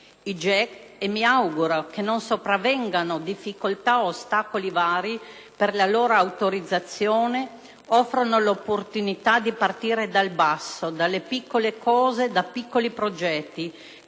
I GECT - e mi auguro che non sopravvengano difficoltà o ostacoli vari per la loro autorizzazione - offrono l'opportunità di partire dal basso, dalle piccole cose e da piccoli progetti,